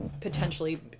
potentially